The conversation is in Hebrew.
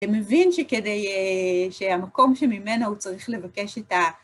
אתה מבין שכדי... שהמקום שממנו הוא צריך לבקש את ה...